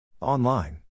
Online